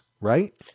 right